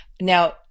Now